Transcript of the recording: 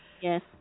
Yes